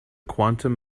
quantum